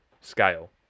scale